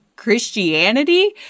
Christianity